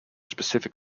specific